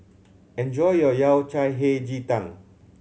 enjoy your Yao Cai Hei Ji Tang